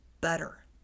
better